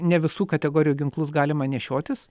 ne visų kategorijų ginklus galima nešiotis